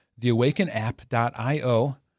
theawakenapp.io